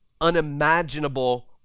unimaginable